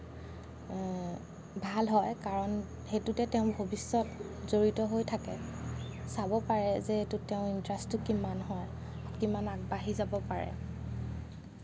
ভাল হয় কাৰণ সেইটোতে তেওঁৰ ভৱিষ্যত জড়িত হৈ থাকে চাব পাৰে যে এইটোত তেওঁৰ ইণ্টাৰেষ্টটো কিমান হয় কিমান আগবাঢ়ি যাব পাৰে